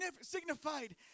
signified